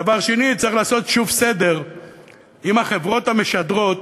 דבר שני, צריך לעשות שוב סדר עם החברות המשדרות